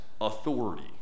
authority